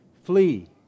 Flee